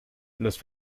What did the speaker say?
los